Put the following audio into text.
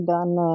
done